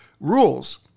Rules